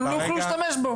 אבל לא יוכלו להשתמש בו.